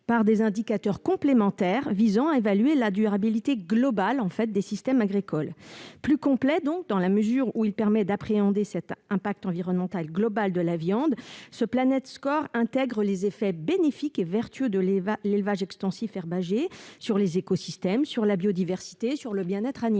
par des indicateurs complémentaires visant à évaluer la durabilité globale des systèmes agricoles. Plus complet, donc, dans la mesure où il permet d'appréhender cet impact environnemental global de la viande, ce Planet-score intègre les effets bénéfiques et vertueux de l'élevage extensif herbager sur les écosystèmes, sur la biodiversité et sur le bien-être animal.